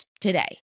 today